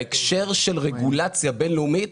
בהקשר של רגולציה בינלאומית